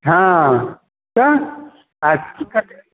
हँ तऽ आ की करतै